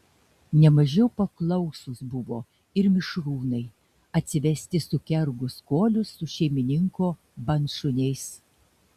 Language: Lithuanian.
ne mažiau paklausūs buvo ir mišrūnai atsivesti sukergus kolius su šeimininko bandšuniais